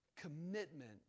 commitment